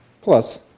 Plus